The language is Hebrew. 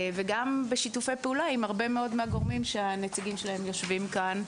וגם בשיתופי פעולה עם הרבה מאוד מהגורמים שהנציגים שלהם יושבים כאן.